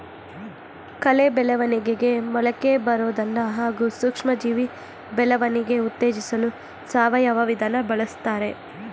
ಕಳೆ ಬೆಳವಣಿಗೆ ಮೊಳಕೆಬರೋದನ್ನ ಹಾಗೂ ಸೂಕ್ಷ್ಮಜೀವಿ ಬೆಳವಣಿಗೆ ಉತ್ತೇಜಿಸಲು ಸಾವಯವ ವಿಧಾನ ಬಳುಸ್ತಾರೆ